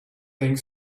think